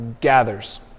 gathers